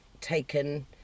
taken